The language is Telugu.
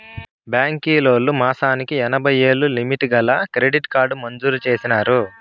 బాంకీలోల్లు మాసానికి ఎనభైయ్యేలు లిమిటు గల క్రెడిట్ కార్డు మంజూరు చేసినారు